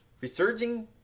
Resurging